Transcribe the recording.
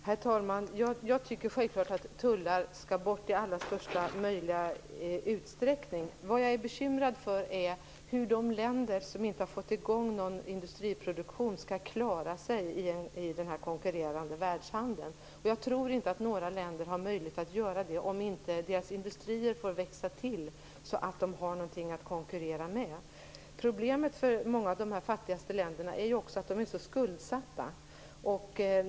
Herr talman! Jag tycker självklart att tullar skall bort i största möjliga utsträckning. Vad jag är bekymrad för är hur de länder som inte har fått igång någon industriproduktion skall klara sig i en konkurrerande världshandel. Jag tror inte att några länder har möjlighet att göra det om inte deras industrier får växa till, så att de har någonting att konkurrera med. Problemet för många av de fattigaste länderna är också att de är så skuldsatta.